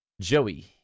Joey